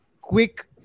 quick